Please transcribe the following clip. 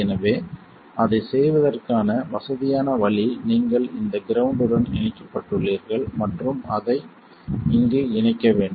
எனவே அதைச் செய்வதற்கான வசதியான வழி நீங்கள் இந்த கிரவுண்ட் உடன் இணைக்கப்பட்டுள்ளீர்கள் மற்றும் அதை இங்கே இணைக்க வேண்டும்